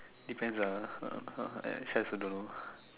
depends ah uh uh actually I also don't know